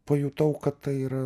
pajutau kad tai yra